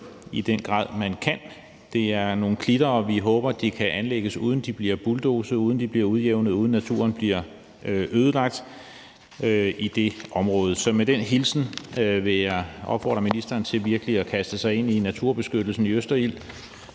i den grad, man kan. Det er nogle klitter, og vi håber, at det kan anlægges, uden at de bliver bulldozet, uden at de bliver udjævnet, og uden at naturen bliver ødelagt i det område. Så med den hilsen vil jeg opfordre ministeren til virkelig at kaste sig ind i naturbeskyttelsen i Østerild,